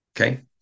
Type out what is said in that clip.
Okay